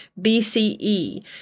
BCE